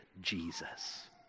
Jesus